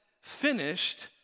finished